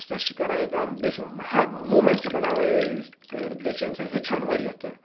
stress چھِ کَران یہِ کَم بیٚیہِ چھِ ہے موٗمٮ۪نٛٹ چھِ بَڑاوان یہِ اِس قدر بیٚیہِ چھِ اَمہِ سۭتۍ ہیٚچھان واریاہ کیںٛہہ